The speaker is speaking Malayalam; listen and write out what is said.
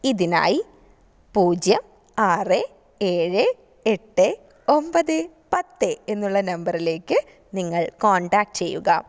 ഇതിനായി പൂജ്യം ആറ് ഏഴ് എട്ട് ഒമ്പത് പത്ത് എന്നുള്ള നമ്പറിലേക്ക് നിങ്ങള് കോണ്ടാക്റ്റ് ചെയ്യുക